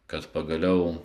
kad pagaliau